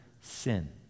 sin